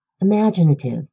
imaginative